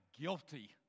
guilty